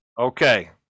Okay